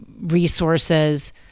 resources